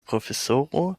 profesoro